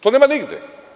Tonema nigde.